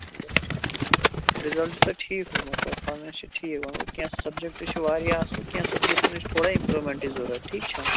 بِلکُل بِلکُل رِزَلٹ چھُس ٹھیٖک روٗدمُت پٔرفارمَنس چھِ ٹھیٖک وۄنۍ گوٚو کیٚنٛہہ سَبجَکٹ چھِ واریاہ اصٕل کیٚنٛہہ سَبجَکٹَن چھِ تھوڑا اِمپرومٮ۪نٹٕچ ضروٗرت ٹھیٖک چھا